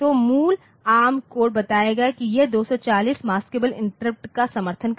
तो मूल ARM code बताएगा कि यह 240 मस्क़ब्ले इंटरप्ट का समर्थन